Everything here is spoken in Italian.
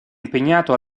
impegnato